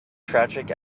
tragic